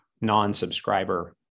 non-subscriber